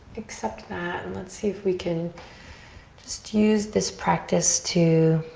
accept that and let's see if we can just use this practice to